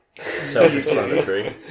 Self-explanatory